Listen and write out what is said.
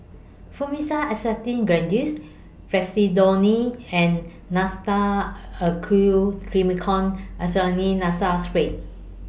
Fluimucil Acetylcysteine Granules Fexofenadine and Nasacort A Q Triamcinolone Acetonide Nasal Spray